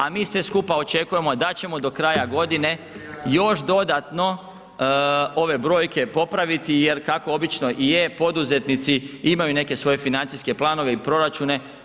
A mi svi skupa očekujemo da ćemo do kraja godine još dodatno ove brojke popraviti jer kako obično i je poduzetnici imaju neke svoje financijske planove i proračune.